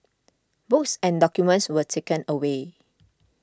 books and documents were taken away